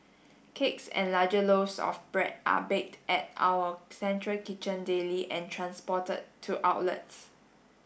cakes and larger loaves of bread are baked at our central kitchen daily and transported to outlets